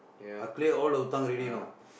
I clear all the hutang already you know